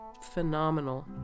phenomenal